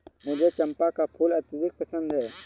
मुझे चंपा का फूल अत्यधिक पसंद है